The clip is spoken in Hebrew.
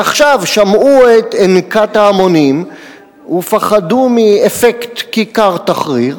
ועכשיו שמעו את אנקת ההמונים ופחדו מאפקט כיכר תחריר,